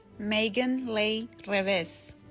megan leigh revesz